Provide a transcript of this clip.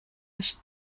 should